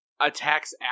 attacks